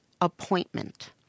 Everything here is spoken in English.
appointment